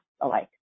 alike